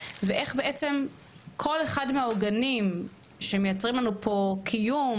ואיך בעצם כל אחד מהעוגנים שמייצרים לנו פה קיום,